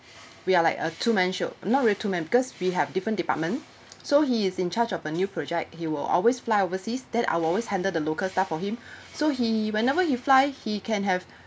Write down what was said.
we are like a two man show not really two man because we have different department so he is in charge of a new project he will always fly overseas then I'll always handle the local stuff for him so he whenever he fly he can have